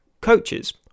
Coaches